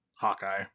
Hawkeye